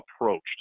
approached